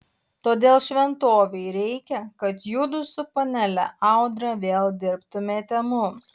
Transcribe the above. todėl šventovei reikia kad judu su panele audra vėl dirbtumėte mums